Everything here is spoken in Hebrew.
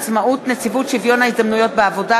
עצמאות נציבות שוויון ההזדמנויות בעבודה),